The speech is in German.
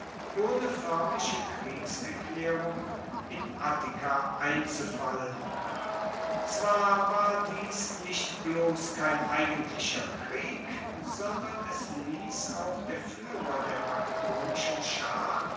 ohne foermliche kriegserklaerung in attika einzufallen zwar war dies nicht bloss kein eigentlicher krieg sondern es liess auch der fuehrer der makedonischen schar